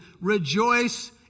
rejoice